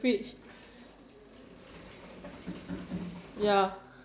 oh because I search on Internet they say rice water rice water is good right